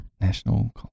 national